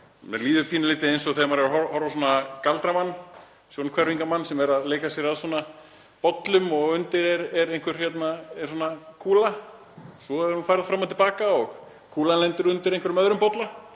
Mér líður pínulítið eins og þegar maður horfir galdramann, sjónhverfingamann, sem er að leika sér að bollum og undir er einhver kúla. Svo fer hún færð fram og til baka og kúlan lendir undir einhverjum öðrum bolla